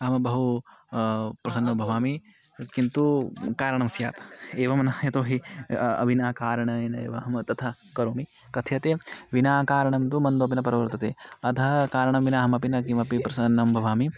नाम बहु प्रसन्नो भवामि किन्तु कारणं स्यात् एवं न यतो हि विना कारणेनैव अहं तथा करोमि कथ्यते विना कारणं तु मन्दोपि न परोवर्तते अतः कारणं विना अहम् अपि न किमपि प्रसन्नं भवामि